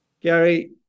Gary